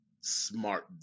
smart